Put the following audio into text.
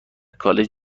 کالج